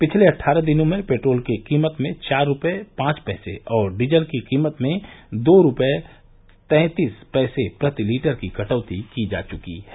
पिछले अट्ठारह दिनों में पेट्रोल की कीमत में चार रुपये पांच पैसे और डीजल की कीमत में दो रुपये तैंतीस पैसे प्रति लीटर की कटौती की जा चुकी है